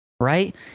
right